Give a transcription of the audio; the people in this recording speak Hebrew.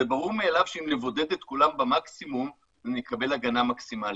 זה ברור מאליו שאם נבודד את כולם במקסימום נקבל הגנה מקסימלית.